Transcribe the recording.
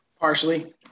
Partially